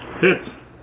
Hits